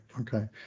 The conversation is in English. Okay